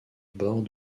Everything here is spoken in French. bords